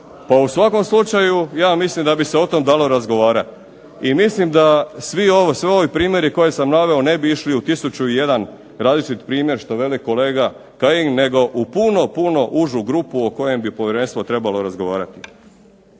Pa u svakom slučaju ja mislim da bi se o tom dalo razgovarati. I mislim da svi ovi primjeri koje sam naveo ne bi išli u tisuću i jedan različit primjer što veli kolega Kajin, nego u puno, puno užu grupu o kojem bi povjerenstvo trebalo razgovarati.